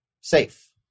safe